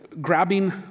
grabbing